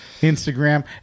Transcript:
Instagram